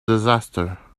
disaster